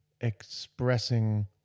expressing